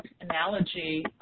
analogy